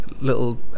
little